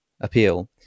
appeal